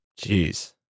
Jeez